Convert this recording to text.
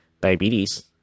diabetes